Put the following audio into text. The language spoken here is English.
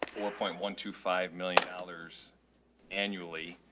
four point one two five million dollars annually.